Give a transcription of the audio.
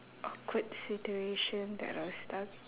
awkward situation that I was stuck